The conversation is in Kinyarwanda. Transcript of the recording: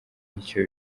nicyo